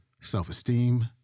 self-esteem